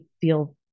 feel